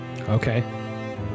Okay